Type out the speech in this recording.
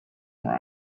were